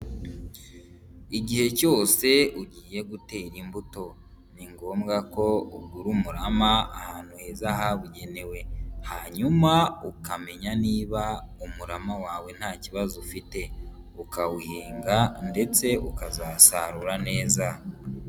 igihe cyose ugiye gutera imbuto, ni ngombwa ko ugura umurama ahantu heza habugenewe, hanyuma ukamenya niba umurama wawe nta kibazo ufite, ukawuhinga ndetse ukazasarura neza.